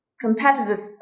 competitive